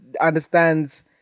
understands